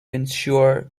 ensure